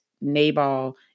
Nabal